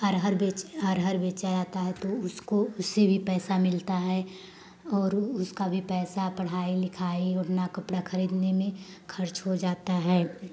अरहर बेच अरहर बेचा जाता है तो उसको उससे भी पैसा मिलता है और उसका भी पैसा पढ़ाई लिखाई ओढ़ना कपड़ा खरीदने में खर्च हो जाता है